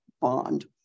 bond